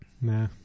Nah